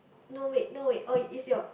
no wait no wait oh is your